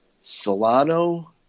Solano